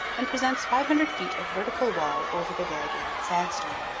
and presents five hundred feet of vertical wall over the variegated sandstone.